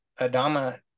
Adama